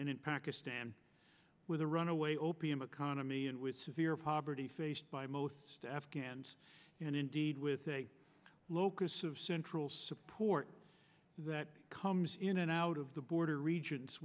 in pakistan with a runaway opium economy and with severe poverty faced by most afghans and indeed with a locus of central support that comes in and out of the border reg